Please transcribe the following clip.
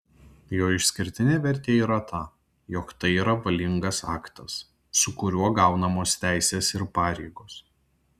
jo išskirtinė vertė yra ta jog tai yra valingas aktas su kuriuo gaunamos teisės ir pareigos